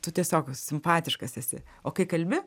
tu tiesiog simpatiškas esi o kai kalbi